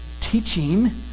teaching